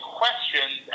questions